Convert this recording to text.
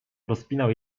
rozpinał